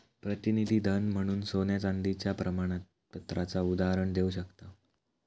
प्रतिनिधी धन म्हणून सोन्या चांदीच्या प्रमाणपत्राचा उदाहरण देव शकताव